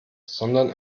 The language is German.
sondern